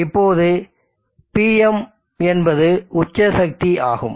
இப்போது Pm என்பது உச்ச சக்தி ஆகும்